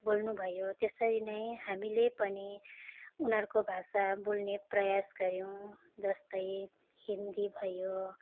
बोल्नुभयो त्यसरी नै हामीले पनि उनीहरूको भाषा बोल्ने प्रयास गर्यौँ जस्तै हिन्दी भयो